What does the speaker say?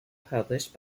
published